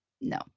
No